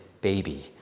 baby